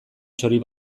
txori